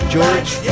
George